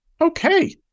Okay